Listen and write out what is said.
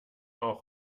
auch